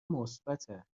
مثبته